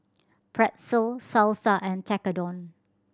Pretzel Salsa and Tekkadon